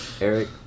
Eric